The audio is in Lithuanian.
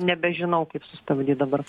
nebežinau kaip sustabdyt dabar